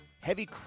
heavy